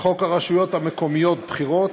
לחוק הרשויות המקומיות (בחירות),